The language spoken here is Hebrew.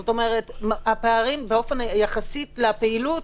זאת אומרת שהפערים יחסית לפעילות,